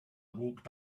walked